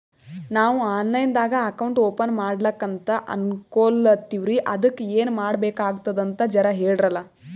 ನಾವು online ದಾಗ account open ಮಾಡ್ಲಕಂತ ಅನ್ಕೋಲತ್ತೀವ್ರಿ ಅದಕ್ಕ ಏನ ಮಾಡಬಕಾತದಂತ ಜರ ಹೇಳ್ರಲ?